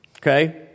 Okay